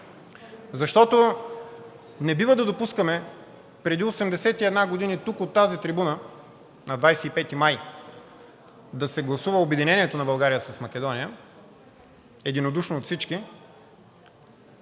защото не бива да допускаме преди 81 години тук от тази трибуна на 25 май да се гласува обединението на България с Македония единодушно от всички,